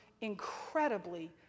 incredibly